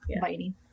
biting